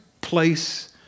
place